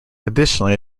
additionally